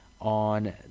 on